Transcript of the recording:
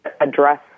address